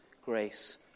grace